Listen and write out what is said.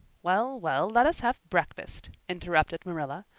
well, well, let us have breakfast, interrupted marilla.